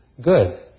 good